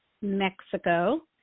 Mexico